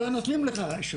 לא נותנים לך.